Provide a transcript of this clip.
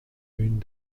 une